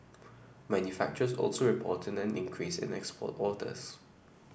manufacturers also reported an increase in export orders